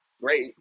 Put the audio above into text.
great